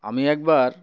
আমি একবার